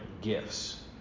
gifts